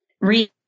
read